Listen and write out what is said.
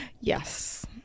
Yes